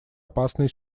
опасные